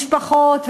משפחות,